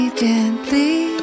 gently